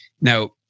Now